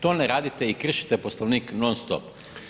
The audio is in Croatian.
To ne radite i kršite Poslovnik non-stop.